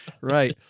Right